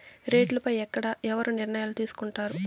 రేట్లు పై ఎక్కడ ఎవరు నిర్ణయాలు తీసుకొంటారు?